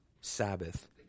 Sabbath